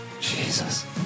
Jesus